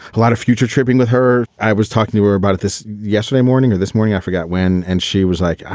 plot of future tripping with her? i was talking to her about this yesterday morning or this morning. i forgot when. and she was like,